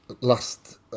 Last